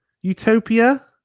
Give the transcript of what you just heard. Utopia